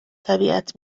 طبیعت